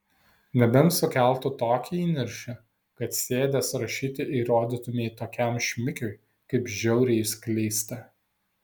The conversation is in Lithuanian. nebent sukeltų tokį įniršį kad sėdęs rašyti įrodytumei tokiam šmikiui kaip žiauriai jis klysta